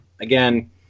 again